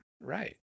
Right